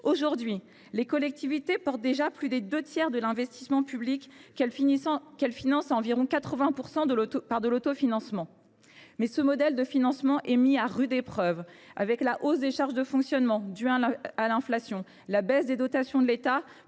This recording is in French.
Aujourd’hui, les collectivités portent déjà plus des deux tiers de l’investissement public, qu’elles financent à 80 % par de l’autofinancement. Toutefois, ce modèle de financement est mis à rude épreuve avec la hausse des charges de fonctionnement due à l’inflation et la baisse des dotations de l’État